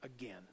again